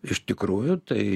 iš tikrųjų tai